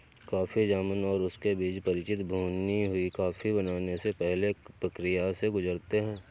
coffee जामुन और उनके बीज परिचित भुनी हुई कॉफी बनने से पहले कई प्रक्रियाओं से गुजरते हैं